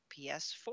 ps4